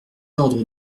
ordre